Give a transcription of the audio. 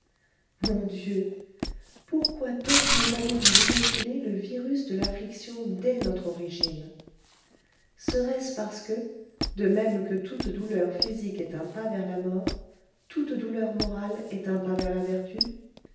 mon dieu pourquoi donc nous avez-vous inoculé le virus de l'affliction dès notre origine serait-ce parce que de même que toute douleur physique est un pas vers la mort toute douleur morale est un pas vers la vertu